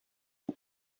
les